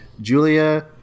Julia